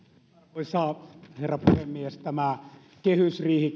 arvoisa herra puhemies tämä kehysriihi